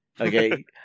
Okay